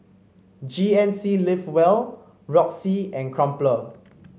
G N C Live Well Roxy and Crumpler